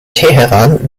teheran